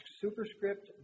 superscript